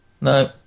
No